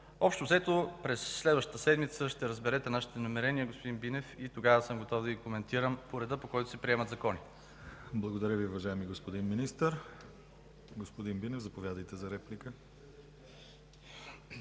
Общо взето през следващата седмица ще разберете нашите намерения, господин Бинев, и тогава съм готов да ги коментирам по реда, по който се приемат законите. ПРЕДСЕДАТЕЛ ДИМИТЪР ГЛАВЧЕВ: Благодаря Ви, уважаеми господин Министър. Господин Бинев, заповядайте за реплика.